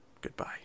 Goodbye